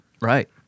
Right